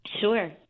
Sure